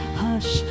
hush